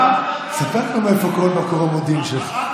ספר לנו מאיפה כל מקור המודיעין שלך.